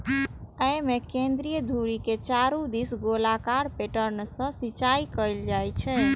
अय मे एक केंद्रीय धुरी के चारू दिस गोलाकार पैटर्न सं सिंचाइ कैल जाइ छै